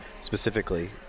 specifically